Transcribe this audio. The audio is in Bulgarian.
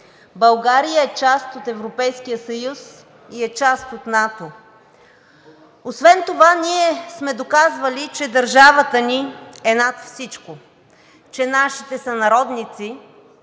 България е част от Европейския съюз и е част от НАТО. Освен това ние сме доказвали, че държавата ни е над всичко, че нашите сънародници,